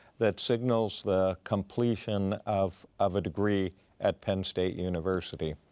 that signals the completion of of a degree at penn state university.